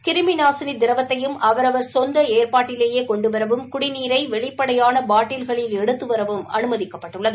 கிருமிநாசினி திரவத்தையும் அவரவர் கொந்த ஏற்பாட்டிலேயே கொண்டு வரவேண்டும் குடிநீரை வெளிப்படையான பாட்டில்களில் எடுத்துவரவும் அனுமதிக்கப்பட்டுள்ளது